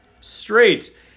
straight